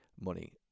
money